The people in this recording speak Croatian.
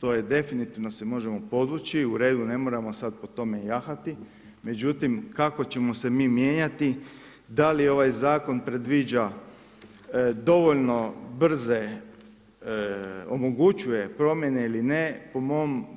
To je definitivno se možemo podvući, u redu, ne moramo sada po tome jahati, međutim, kako ćemo se mi mijenjati da li ovaj zakon predviđa dovoljno brze, omogućuje promjene ili ne,